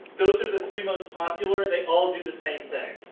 those are the three most popular. they all do the same thing.